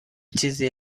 چیزی